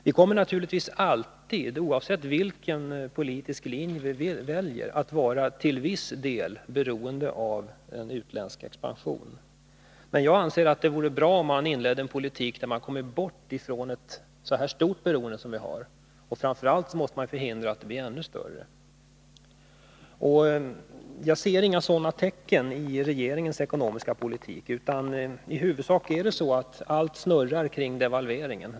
Vi kommer naturligtvis alltid, oavsett vilken politisk linje vi väljer, att vara till viss del beroende av en utländsk expansion. Men jag anser att det vore bra om man inledde en politik som medför att man kommer bort från ett så här stort beroende. Framför allt måste vi förhindra att det blir ännu större. Jag ser inga sådana tecken i regeringens ekonomiska politik, utan i huvudsak snurrar allt kring devalveringen.